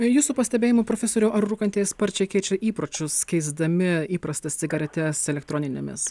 jūsų pastebėjimu profesoriau ar rūkantieji sparčiai keičia įpročius keisdami įprastas cigaretes elektroninėmis